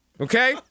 Okay